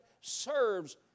serves